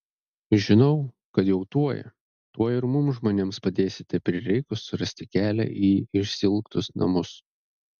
žinau kad jau tuoj tuoj ir mums žmonėms padėsite prireikus rasti kelią į išsiilgtus namus